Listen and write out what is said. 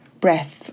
breath